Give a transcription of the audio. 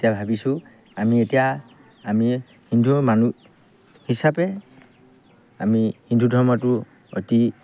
এতিয়া ভাবিছোঁ আমি এতিয়া আমি হিন্দু ধৰ্মৰ মানুহ হিচাপে আমি হিন্দু ধৰ্মটো অতি